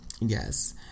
Yes